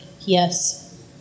Yes